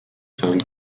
found